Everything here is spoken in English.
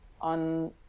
on